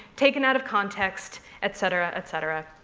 taken out of context, etc, etc?